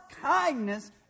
kindness